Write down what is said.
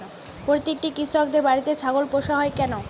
প্রতিটি কৃষকদের বাড়িতে ছাগল পোষা হয় কেন?